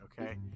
okay